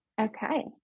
okay